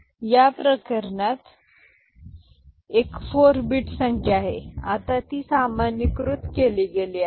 तर या प्रकरणात ही एक 4 बिट संख्या आहे आता ती सामान्यीकृत केली गेली आहे